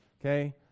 okay